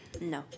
No